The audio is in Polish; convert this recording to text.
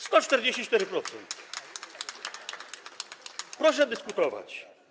144% - proszę dyskutować.